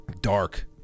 Dark